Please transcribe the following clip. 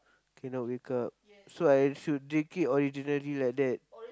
cannot wake up so I should drink it originally like that